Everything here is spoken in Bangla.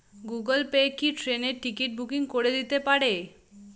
গুগল পে কি ট্রেনের টিকিট বুকিং করে দিতে পারে?